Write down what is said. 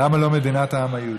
למה לא "מדינת העם היהודי"?